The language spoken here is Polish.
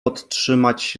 podtrzymać